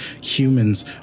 Humans